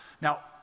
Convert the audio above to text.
Now